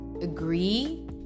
Agree